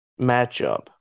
matchup